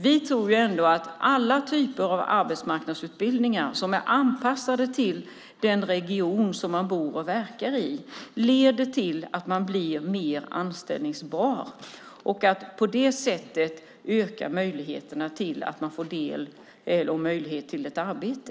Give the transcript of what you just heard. Vi tror ändå att alla typer av arbetsmarknadsutbildningar som är anpassade till den region man bor och verkar i leder till att man blir mer anställningsbar och på det sättet ökar möjligheterna att få arbete.